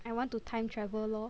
I want to time travel lor